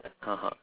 (uh huh)